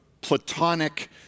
Platonic